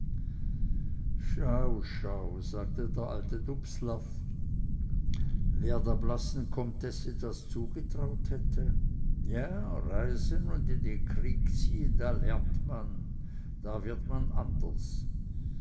schau schau sagte der alte dubslav wer der blassen comtesse das zugetraut hätte ja reisen und in den krieg ziehen da lernt man da wird man anders